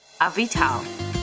Avital